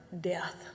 death